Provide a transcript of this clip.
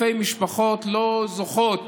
אלפי משפחות לא זוכות